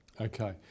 Okay